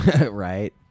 Right